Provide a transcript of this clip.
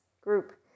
group